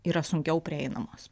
yra sunkiau prieinamos